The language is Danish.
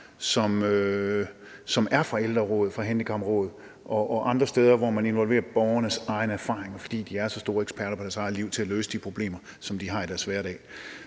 der er fra ældreråd, fra handicapråd og andre steder, hvor man involverer borgernes egne erfaringer, fordi de er så store eksperter i deres eget liv, til at løse de problemer, som de har i deres hverdag.